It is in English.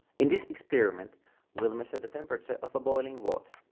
in this experiment we'll measure the temperature of a boiling water.